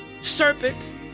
serpents